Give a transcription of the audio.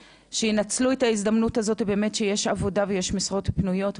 שינצלו את ההזדמנות הזאת באמת שיש עבודה ויש משרות פנויות,